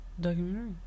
documentary